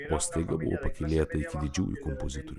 o staiga buvo pakylėta iki didžiųjų kompozitorių